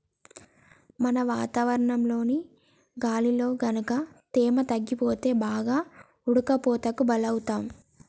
మనం వాతావరణంలోని గాలిలో గనుక తేమ తగ్గిపోతే బాగా ఉడకపోతకి బలౌతాం